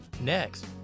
Next